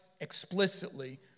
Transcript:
explicitly